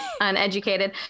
uneducated